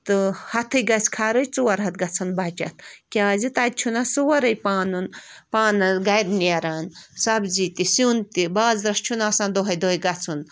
تہٕ ہَتھٕے گژھِ خرٕچ ژور ہَتھ گَژھن بَچَت کیٛازِ تَتہِ چھُنہ سورٕے پَنُن پانہٕ گَرِ نیران سبزی تہِ سیُن تہِ بازرَس چھُنہٕ آسان دوہَے دوہَے گَژھُن